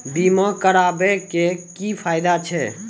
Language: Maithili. बीमा कराबै के की फायदा छै?